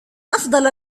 أفضل